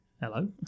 Hello